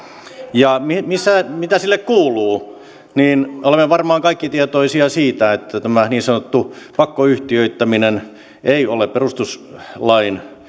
ja tulevilta mitä sille kuuluu olemme varmaan kaikki tietoisia siitä että tämä niin sanottu pakkoyhtiöittäminen ei ole perustuslain